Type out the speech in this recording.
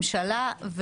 ממשלה,